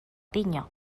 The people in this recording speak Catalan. tinya